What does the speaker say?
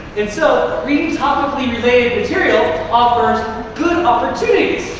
and so reading topically related material offers good opportunities.